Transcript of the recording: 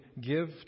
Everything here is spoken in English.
give